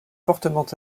fortement